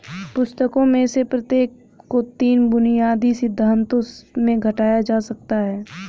पुस्तकों में से प्रत्येक को तीन बुनियादी सिद्धांतों में घटाया जा सकता है